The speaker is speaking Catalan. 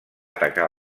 atacar